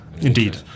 Indeed